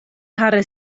kara